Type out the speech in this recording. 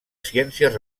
ciències